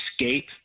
escape